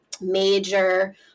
major